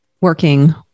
working